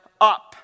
up